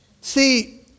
See